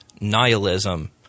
nihilism